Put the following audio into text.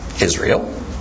Israel